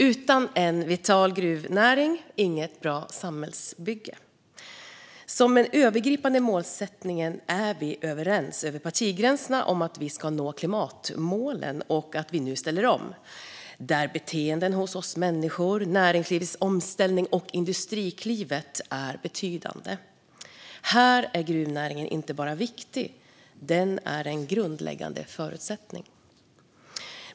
Utan en vital gruvnäring har vi inget bra samhällsbygge. Som övergripande målsättning är vi överens över partigränserna om att vi ska nå klimatmålen och att vi nu ska ställa om. Då är beteenden hos oss människor, näringslivets omställning och Industriklivet betydande. Här är gruvnäringen inte bara viktig; den är en grundläggande förutsättning.